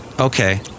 okay